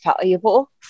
valuable